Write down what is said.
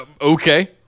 Okay